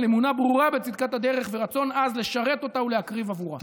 על אמונה ברורה בצדקת הדרך ורצון עז לשרת אותה ולהקריב בעבורה.